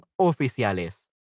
oficiales